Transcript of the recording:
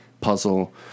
puzzle